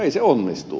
ei se onnistu